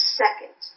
second